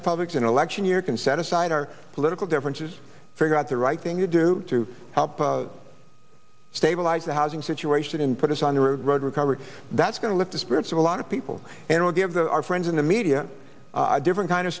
republican election year can set aside our political differences figure out the right thing to do to help stabilize the housing situation and put us on the road to recovery that's going to lift the spirits of a lot of people and will give the our friends in the media a different kind of